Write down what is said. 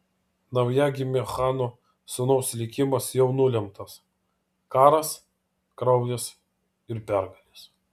naujagimio chano sūnaus likimas jau nulemtas karas kraujas ir pergalės